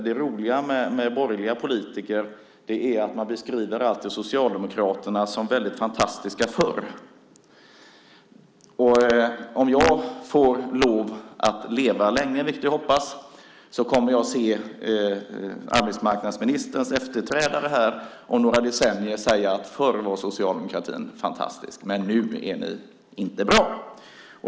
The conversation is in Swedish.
Det roliga med borgerliga politiker är att de alltid beskriver Socialdemokraterna som väldigt fantastiska förr. Om jag får lov att leva länge, vilket jag hoppas, kommer jag att höra arbetsmarknadsministerns efterträdare om några decennier säga: Förr var Socialdemokraterna fantastiska, men nu är ni inte bra.